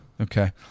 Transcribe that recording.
Okay